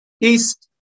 East